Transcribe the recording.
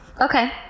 okay